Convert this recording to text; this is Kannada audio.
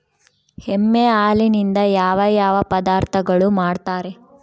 ಎಮ್ಮೆ ಹಾಲಿನಿಂದ ಯಾವ ಯಾವ ಪದಾರ್ಥಗಳು ಮಾಡ್ತಾರೆ?